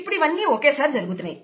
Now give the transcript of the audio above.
ఇప్పుడివన్నీ ఒకేసారి జరుగుతున్నాయి